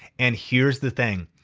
and here's the thing,